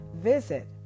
Visit